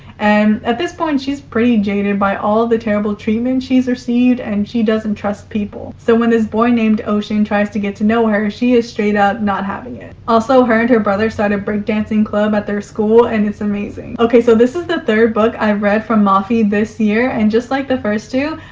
and at this point, she's pretty jaded by all the terrible treatment she's received and she doesn't trust people. so when this boy named ocean tries to get to know her, she is straight up not having it. also, her and her brother start at break dancing club at their school and it's amazing. okay so this is the third book i've read from mafi this year, and just like the first two,